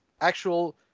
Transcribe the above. actual